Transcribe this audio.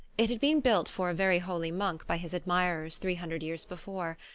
it had been built for a very holy monk by his admirers three hundred years before,